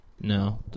No